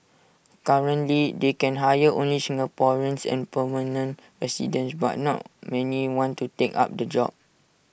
currently they can hire only Singaporeans and permanent residents but not many want to take up the job